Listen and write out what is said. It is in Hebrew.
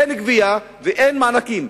אין גבייה ואין מענקים,